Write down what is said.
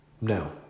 no